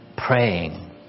Praying